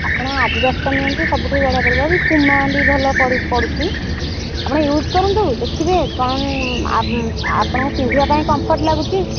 ଆପଣ ଆଡ଼ିଡାସଟା ନିଅନ୍ତୁ ସବୁଠୁ ବଢ଼ିଆ ପଡ଼ିବ ବି ପୁମା ବି ଭଲ ପଡ଼ୁଛି ଆପଣ ଇଉଜୁ କରନ୍ତୁ ଦେଖିବେ କ'ଣ ଆପଣ ପିନ୍ଧିବାପାଇଁ କମ୍ଫର୍ଟ ଲାଗୁଛି